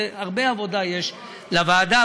הרבה עבודה יש לוועדה,